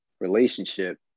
relationship